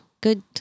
good